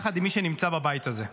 יחד עם מי שנמצא בבית הזה: